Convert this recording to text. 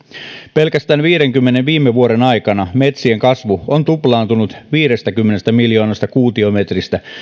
pelkästään viidenkymmenen viime vuoden aikana metsien kasvu on tuplaantunut viidestäkymmenestä miljoonasta kuutiometristä